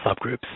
subgroups